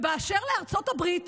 ובאשר לארצות הברית